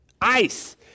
ice